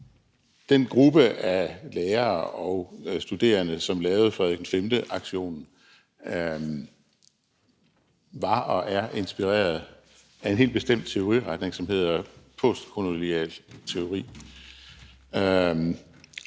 Den gruppe af lærere og studerende, der lavede Frederik V-aktionen, var og er inspireret af en helt bestemt teoriretning, som hedder postkolonial teori.